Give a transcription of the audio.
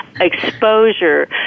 exposure